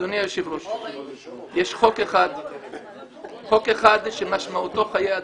אדוני היושב-ראש, יש חוק אחד שמשמעותו חיי אדם,